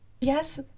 yes